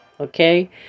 Okay